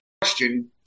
Question